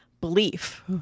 belief